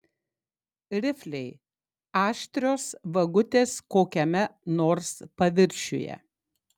rifliai aštrios vagutės kokiame nors paviršiuje